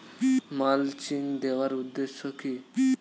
Mulching দেওয়ার উদ্দেশ্য কি?